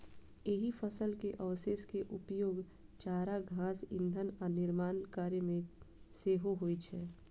एहि फसल के अवशेष के उपयोग चारा, घास, ईंधन आ निर्माण कार्य मे सेहो होइ छै